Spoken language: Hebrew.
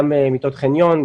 גם מיטות חניון,